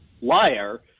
liar –